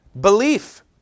Belief